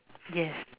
yes